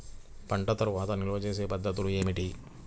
పంట తర్వాత నిల్వ చేసే పద్ధతులు ఏమిటి?